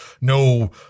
No